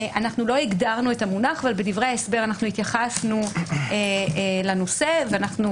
אנחנו לא הגדרנו את המונח אבל בדברי ההסבר אנחנו התייחסנו לנושא ואנחנו